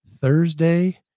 Thursday